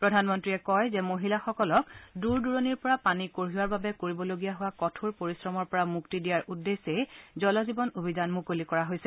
প্ৰধানমন্ত্ৰীয়ে কয় যে মহিলাসকলক দূৰ দূৰণিৰ পৰা পানী কঢ়িওৱাৰ বাবে কৰিবলগীয়া হোৱা কঠোৰ পৰিশ্ৰমৰ পৰা মুক্তি দিয়াৰ উদ্দেশ্যে জল জীৱন অভিযান মুকলি কৰা হৈছে